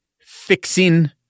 fixing